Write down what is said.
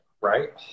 right